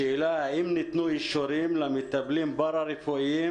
השאלה האם ניתנו אישורים למטפלים פארה-רפואיים